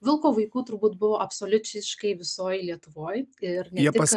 vilko vaikų turbūt buvo absoliuciškai visoj lietuvoj ir ne tik